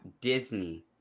Disney